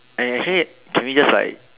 eh actually can we just like